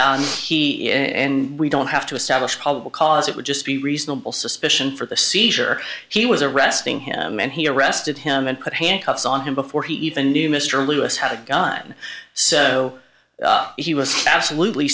and we don't have to establish probable cause it would just be reasonable suspicion for the seizure he was arresting him and he arrested him and put handcuffs on him before he even knew mr lewis had a gun so he was absolutely